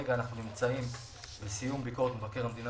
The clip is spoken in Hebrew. כרגע אנו נמצאים בסיום ביקורת מבקר המדינה